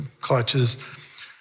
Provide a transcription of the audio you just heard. clutches